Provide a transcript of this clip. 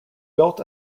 built